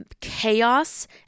chaos